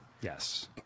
Yes